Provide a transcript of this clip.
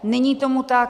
Není tomu tak.